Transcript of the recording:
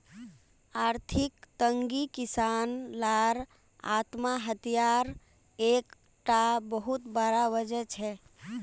आर्थिक तंगी किसान लार आत्म्हात्यार एक टा बहुत बड़ा वजह छे